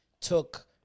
took